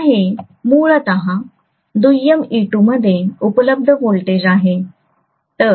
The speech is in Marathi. आता हे मूलत दुय्यम e2 मध्ये उपलब्ध व्होल्टेज आहे